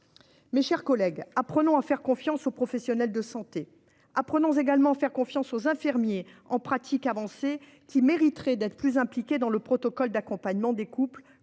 Mes chers collègues, apprenons à faire confiance aux professionnels de santé. Apprenons à faire confiance aux infirmiers en pratique avancée, qui mériteraient d'être plus impliqués dans le protocole d'accompagnement des couples